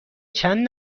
چند